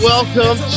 Welcome